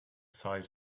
sight